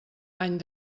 any